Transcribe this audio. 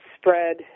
spread